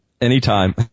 Anytime